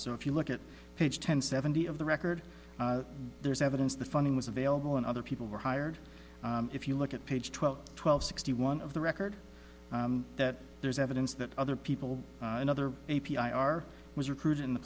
or if you look at page ten seventy of the record there is evidence the funding was available and other people were hired if you look at page twelve twelve sixty one of the record that there is evidence that other people in other a p i are was recruited in the